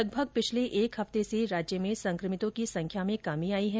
लगभग पिछले एक हफ्ते से राज्य में संक्रमितों की संख्या में कमी आई है